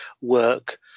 work